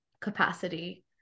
capacity